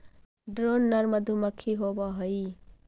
drone नर मधुमक्खी होवअ हई